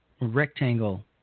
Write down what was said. rectangle